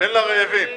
תן לרעבים.